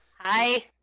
Hi